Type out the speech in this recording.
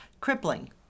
Crippling